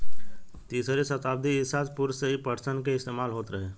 तीसरी सताब्दी ईसा पूर्व से ही पटसन के इस्तेमाल होत रहे